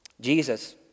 Jesus